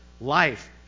life